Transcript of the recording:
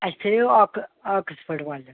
اسہِ تھٲیِو اَکھ آکٕسفٲرڈ والیٚن ہنٛز